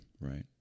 right